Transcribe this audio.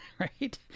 right